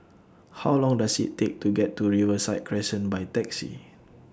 How Long Does IT Take to get to Riverside Crescent By Taxi